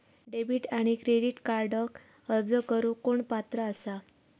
Debit आणि credit कार्डक अर्ज करुक कोण पात्र आसा?